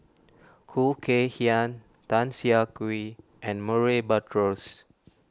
Khoo Kay Hian Tan Siah Kwee and Murray Buttrose